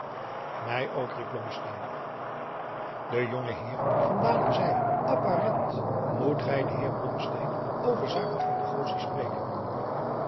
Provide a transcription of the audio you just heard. mij ook riep blommesteyn de jonge heer van dalen zeî apparent moet gij den heer blommesteyn over zaken van negotie spreken